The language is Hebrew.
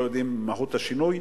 לא יודעים מה מהות השינוי,